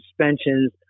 suspensions